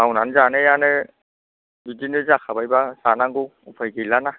मावनानै जानायानो बिदिनो जाखाबायब्ला जानांगौ उफाय गैलाना